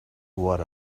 what